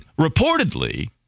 reportedly